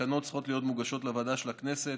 התקנות צריכות להיות מוגשות לוועדה כנסת,